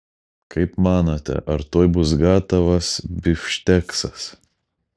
kaip manote ar tuoj bus gatavas bifšteksas